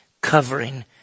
covering